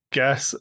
guess